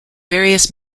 various